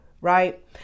Right